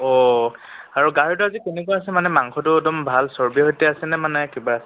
অ' আৰু গাহৰিটো আজি কেনেকুৱা আছে মানে মাংসটো একদম ভাল চৰ্বিৰ সৈতে আছেনে মানে কিবা আছে